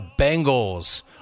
Bengals